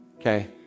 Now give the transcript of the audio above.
okay